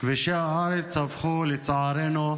כבישי הארץ הפכו, לצערנו,